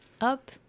up